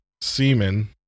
semen